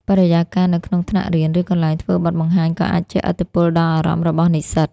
បរិយាកាសនៅក្នុងថ្នាក់រៀន ឬកន្លែងធ្វើបទបង្ហាញក៏អាចជះឥទ្ធិពលដល់អារម្មណ៍របស់និស្សិត។